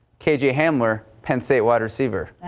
kj hamler penn state wide receiver.